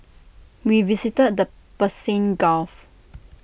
we visited the Persian gulf